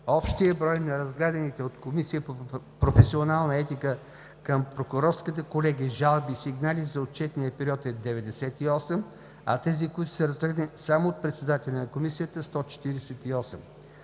Общият брой на разгледаните от Комисията по професионална етика към Прокурорската колегия жалби и сигнали за отчетния период е 98, а тези, които са разгледани само от председателя на Комисията – 148.